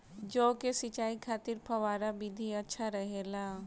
जौ के सिंचाई खातिर फव्वारा विधि अच्छा रहेला?